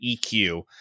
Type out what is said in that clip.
EQ